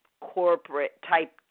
corporate-type